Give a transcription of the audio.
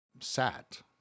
sat